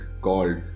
called